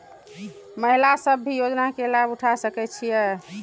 महिला सब भी योजना के लाभ उठा सके छिईय?